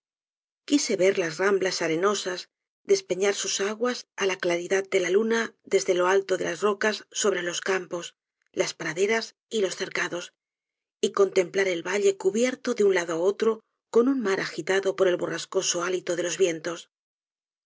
quise ver las ramblas arenosas despeñar sus aguas ala claridad de la luna desde lo alto de las rocas sobre los campos las praderas y los cercados y contemplar el valle cubierto de un lado á otro con un mar agitado por el borrascoso hálito de los vientos